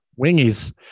Wingies